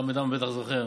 חמד עמאר בטח זוכר.